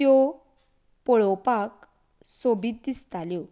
त्यो पळोवपाक सोबीत दिसताल्यो